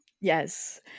yes